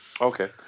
Okay